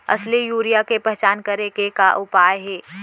असली यूरिया के पहचान करे के का उपाय हे?